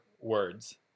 words